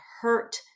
hurt